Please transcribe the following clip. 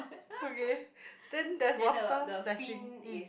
okay then there's water splashing mm